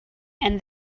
and